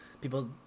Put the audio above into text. people